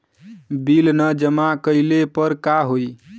Bill न जमा कइले पर का होई?